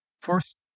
First